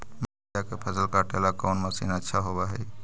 मकइया के फसल काटेला कौन मशीन अच्छा होव हई?